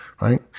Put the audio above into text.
right